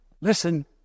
Listen